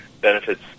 benefits